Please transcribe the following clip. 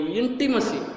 intimacy